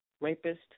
rapist